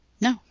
No